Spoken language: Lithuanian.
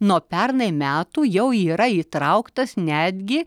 nuo pernai metų jau yra įtrauktas netgi